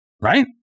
Right